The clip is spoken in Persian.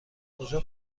کجا